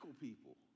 people